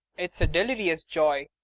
it's a de lirious joy.